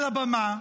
לבמה,